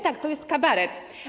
Tak, to jest kabaret.